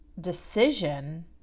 decision